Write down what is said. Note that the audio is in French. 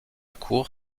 cour